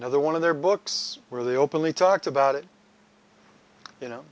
another one of their books where they openly talked about it you know